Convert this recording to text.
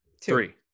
three